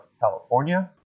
California